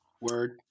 Word